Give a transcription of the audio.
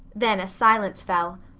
then a silence fell.